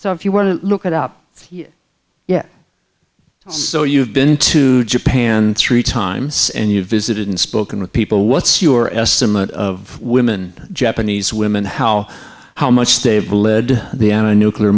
so if you want to look it up yeah so you've been to japan three times and you've visited and spoken with people what's your estimate of women japanese women how how much they